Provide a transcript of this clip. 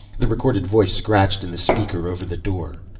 the recorded voice scratched in the speaker over the door.